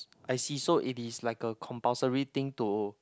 I see so it is like a compulsory thing to